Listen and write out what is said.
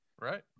Right